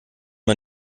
man